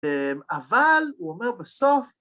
אבל הוא אומר בסוף